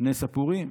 לנס הפורים.